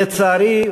לצערי,